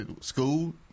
school